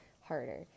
harder